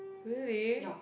really